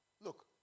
Look